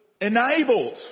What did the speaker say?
enabled